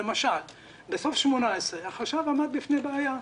למשל בסוף שנת 2018 החשב עמד בפני בעיה.